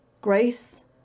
grace